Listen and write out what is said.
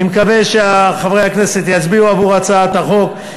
אני מקווה שחברי הכנסת יצביעו עבור הצעת החוק,